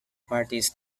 parties